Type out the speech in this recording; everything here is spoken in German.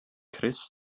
chris